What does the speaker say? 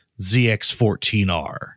ZX14R